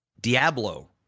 Diablo